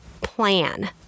plan